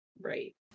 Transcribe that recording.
Right